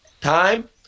time